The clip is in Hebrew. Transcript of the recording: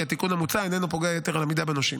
כי התיקון המוצע איננו פוגע יתר על המידה בנושים.